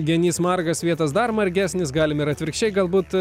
genys margas svietas dar margesnis galim ir atvirkščiai galbūt